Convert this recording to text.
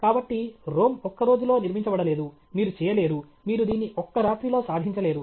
కాబట్టి రోమ్ ఒక్క రోజులో నిర్మించబడలేదు మీరు చేయలేరు మీరు దీన్ని ఒక్క రాత్రిలో సాధించలేరు